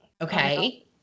Okay